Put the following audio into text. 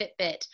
Fitbit